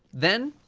then,